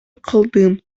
кылдым